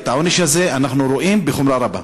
ואת העונש הזה אנחנו רואים בחומרה רבה.